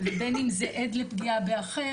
ובין אם זה עד לפגיעה באחר,